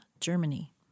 Germany